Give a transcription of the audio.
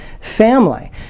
family